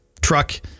truck